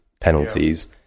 penalties